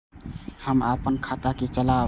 हम अपन खाता के चलाब?